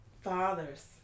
fathers